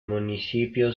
municipio